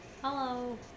Hello